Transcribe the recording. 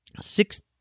six